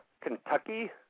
Kentucky